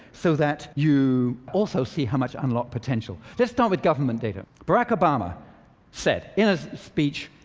so that you also see how much unlocked potential. let's start with government data. barack obama said in a speech,